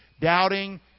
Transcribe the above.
Doubting